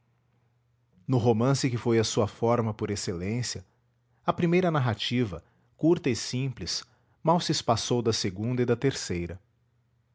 no romance que foi a sua forma por excelência a primeira narrativa curta e simples mal se espaçou da segunda e da terceira